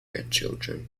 grandchildren